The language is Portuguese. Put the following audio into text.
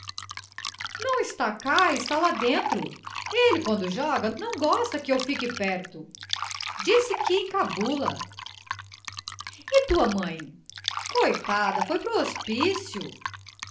não está cá está lá dentro ele quando joga não gosta que eu fique perto diz que encabula e tua mãe coitada foi pro hospício